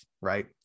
right